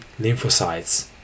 lymphocytes